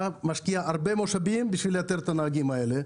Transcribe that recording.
משקיעה הרבה מאוד משאבים בשביל לאתר את הנהגים האלה.